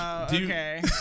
Okay